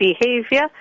behavior